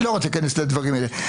אני לא רצה להיכנס לדברים האלה.